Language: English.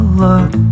look